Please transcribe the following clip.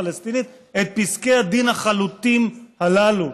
הפלסטינית את פסקי הדין החלוטים הללו,